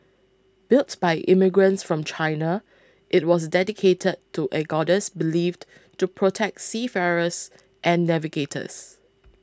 built by immigrants from China it was dedicated to a goddess believed to protect seafarers and navigators